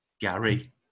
Gary